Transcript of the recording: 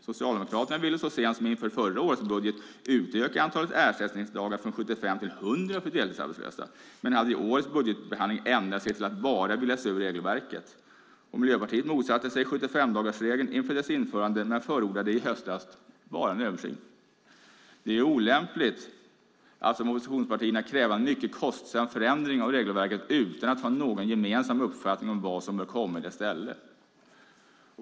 Socialdemokraterna ville så sent som inför förra årets budget utöka antalet ersättningsdagar från 75 till 100 för deltidsarbetslösa, men de har inför årets budgetbehandling ändrat sig och vill bara begränsa regelverket. Miljöpartiet motsatte sig 75-dagarsregeln inför dess införande men förordade i höstas bara en översyn. Det är omlämpligt av oppositionspartierna att kräva en mycket kostsam förändring av regelverket utan att ha någon gemensam uppfattning om vad som bör komma i dess ställe.